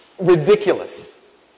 ridiculous